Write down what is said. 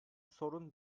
sorun